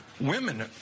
women